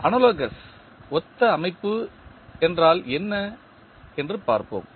analogous ஒத்த அமைப்பு என்றால் என்ன என்று பார்ப்போம்